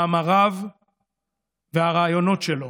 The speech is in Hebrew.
מאמריו והרעיונות שלו